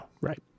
Right